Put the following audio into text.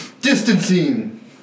Distancing